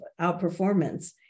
outperformance